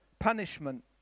punishment